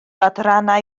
adrannau